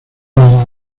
lado